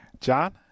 John